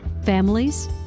families